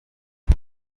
uyu